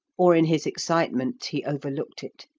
or in his excitement he overlooked it.